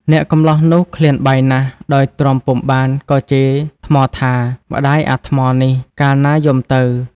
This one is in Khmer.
អ្នកកម្លោះនោះឃ្លានបាយណាស់ ដោយទ្រាំពុំបានក៏ជេរថ្មថា "ម្តាយអាថ្មនេះ! កាលណាយំទៅ"។